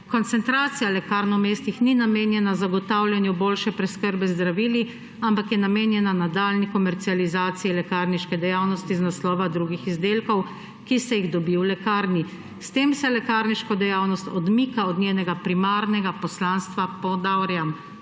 Koncentracija lekarn v mestih ni namenjena zagotavljanju boljše preskrbe z zdravili, ampak je namenjena nadaljnji komercializaciji lekarniške dejavnosti iz naslova drugih izdelkov, ki se jih dobi v lekarni. S tem se lekarniško dejavnost odmika od njenega primarnega poslanstva,« ponavljam,